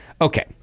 Okay